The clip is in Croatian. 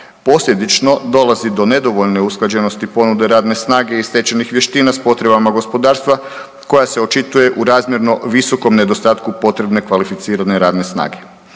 Posljedično dolazi do nedovoljne usklađenosti ponude radne snage i stečenih vještina s potrebama gospodarstva, koja se očituje u razmjerno visokom nedostatku potrebne kvalificirane radne snage.